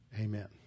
Amen